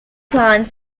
plant